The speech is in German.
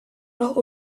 noch